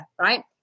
right